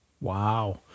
Wow